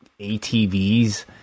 ATVs